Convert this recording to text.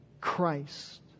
Christ